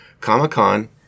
Comic-Con